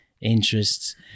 interests